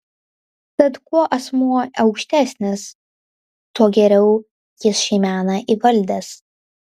tad kuo asmuo aukštesnis tuo geriau jis šį meną įvaldęs